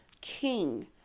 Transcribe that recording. king